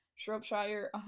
Shropshire